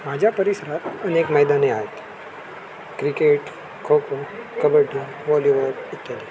माझ्या परिसरात अनेक मैदाने आहेत क्रिकेट खो खो कबड्डी व्हॉलीबॉल इत्यादी